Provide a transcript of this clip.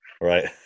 Right